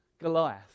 Goliath